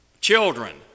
Children